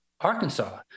Arkansas